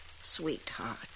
sweetheart